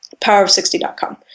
powerof60.com